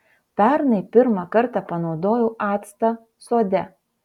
pernai pirmą kartą panaudojau actą sode